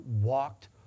walked